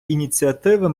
ініціативи